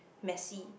messy